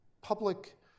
public